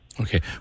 Okay